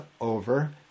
over